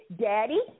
Daddy